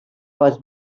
was